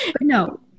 No